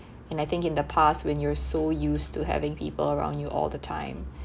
and I think in the past when you're so used to having people around you all the time